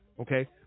Okay